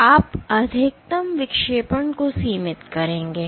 तो आप अधिकतम विक्षेपण को सीमित करेंगे